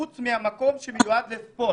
חוץ מהמקום שמיועד לספורט.